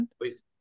Please